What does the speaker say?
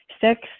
Six